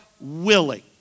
willing